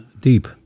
deep